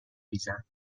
ریزم